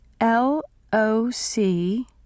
L-O-C